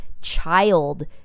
child